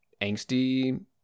angsty